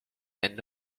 and